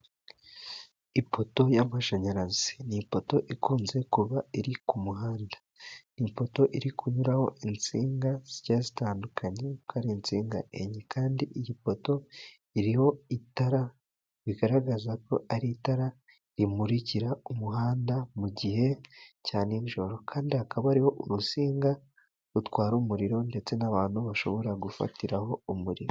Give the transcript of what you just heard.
Ipoto y'amashanyarazi ni ipoto ikunze kuba iri ku muhanda. Ipoto iri kunyuraho insinga zigiye zitandukanye, kuko ari insinga enye. Kandi iyi poto iriho itara bigaragaza ko ari itara rimurikira umuhanda mu gihe cya nijoro. Kandi hakaba hari urutsinga rutwara umuriro ndetse n'abantu bashobora gufatiraho umuriro.